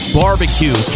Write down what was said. barbecue